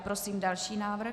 Prosím další návrh.